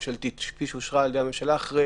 הממשלתית כפי שאושרה על-ידי הממשלה אחרי